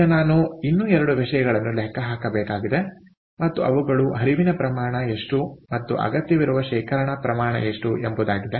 ಈಗ ನಾನು ಇನ್ನೂ 2 ವಿಷಯಗಳನ್ನು ಲೆಕ್ಕ ಹಾಕಬೇಕಾಗಿದೆ ಮತ್ತು ಅವುಗಳು ಹರಿವಿನ ಪ್ರಮಾಣ ಎಷ್ಟು ಮತ್ತು ಅಗತ್ಯವಿರುವ ಶೇಖರಣಾ ಪ್ರಮಾಣ ಎಷ್ಟು ಎಂಬುದಾಗಿದೆ